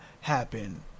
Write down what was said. happen